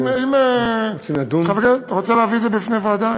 אם אתה רוצה להביא את זה בפני הוועדה,